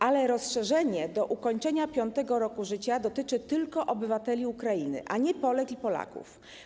Ale rozszerzenie do ukończenia 5. r.ż. dotyczy tylko obywateli Ukrainy, a nie Polek i Polaków.